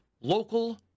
local